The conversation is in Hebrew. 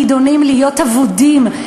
נידונים להיות אבודים,